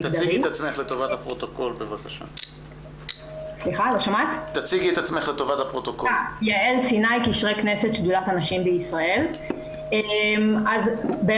אנחנו כבר שנים ארוכות מלוות את הנושא, גם